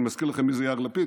אני מזכיר לכם מי זה יאיר לפיד,